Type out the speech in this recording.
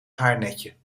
haarnetje